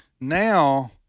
now